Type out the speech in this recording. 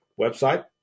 Website